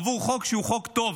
עבור חוק שהוא חוק טוב,